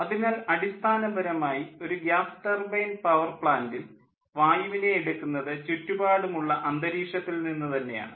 അതിനാൽ അടിസ്ഥാനപരമായി ആയി ഒരു ഗ്യാസ് ടർബൈൻ പവർ പ്ലാൻ്റിൽ വായുവിനെ എടുക്കുന്നത് ചുറ്റുപാടുമുള്ള ഉള്ള അന്തരീക്ഷത്തിൽ നിന്നു തന്നെ ആണ്